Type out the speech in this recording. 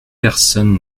personne